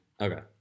Okay